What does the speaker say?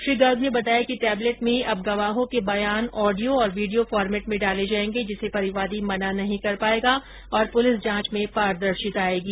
श्री गर्ग ने बताया कि टेबलेट में अब गवाहों के बयान ऑडियो और वीडियो फोरमेट में डाले जायेंगे जिसे परिवादी मना नहीं कर पायेगा और पुलिस जांच में पारदर्शिता आयेगी